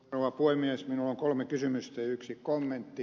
minulla on kolme kysymystä ja yksi kommentti